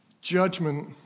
judgment